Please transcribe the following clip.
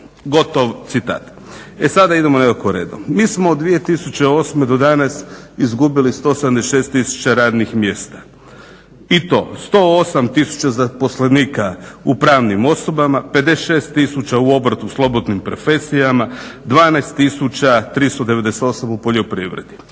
gotov citat. E sada idemo nekako redom. Mi smo od 2008. do danas izgubili 176 tisuća radnih mjesta. I to 108 tisuća zaposlenika u pravnim osobama, 56 tisuća u obrtu slobodnim profesijama, 12398 u poljoprivredi.